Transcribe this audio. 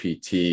pt